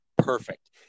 Perfect